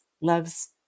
loves